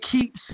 keeps